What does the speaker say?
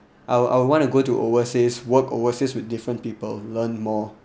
I'll I'll want to go to overseas work overseas with different people learn more